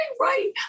right